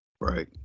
Right